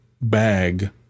bag